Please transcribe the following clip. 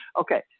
Okay